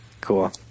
Cool